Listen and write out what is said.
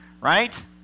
right